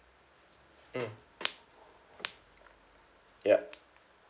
mm ya